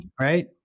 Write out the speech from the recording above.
right